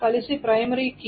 కలిసి primary key